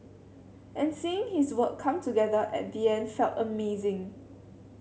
and seeing his work come together at the end felt amazing